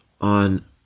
on